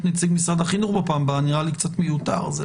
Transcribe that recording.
נציג משרד החינוך אבל נראה לי קצת מיותר.